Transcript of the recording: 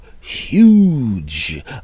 huge